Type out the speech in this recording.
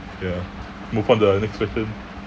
ya move on to the next question